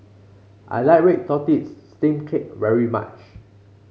I like Red Tortoise Steamed Cake very much